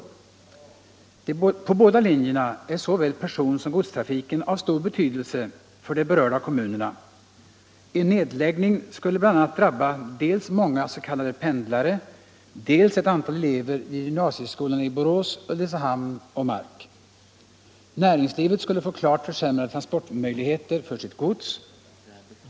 På båda linjerna är såväl person som godstrafiken av stor betydelse för de berörda kommunerna. En nedläggning skulle bl.a. drabba dels många s.k. pendlare, dels ett antal elever vid gymnasieskolorna i Borås. Ulricehamn och Mark. Näringslivet skulle få klart försämrade transportmöjligheter för sitt gods.